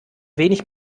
wenig